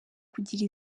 kugira